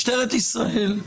משטרת ישראל,